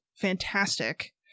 fantastic